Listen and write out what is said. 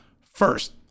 First